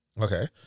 Okay